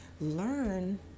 learn